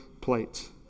plate